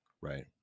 Right